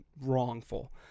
wrongful